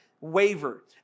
waver